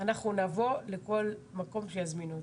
אנחנו נבוא לכל מקום שיזמינו אותנו,